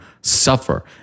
suffer